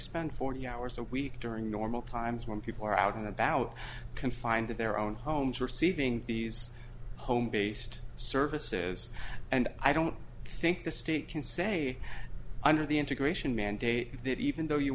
spend forty hours a week during normal times when people are out and about confined to their own homes receiving these home based services and i don't think the state can say under the integration mandate that even though you